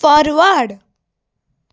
forward